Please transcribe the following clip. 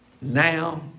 Now